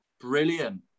Brilliant